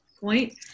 point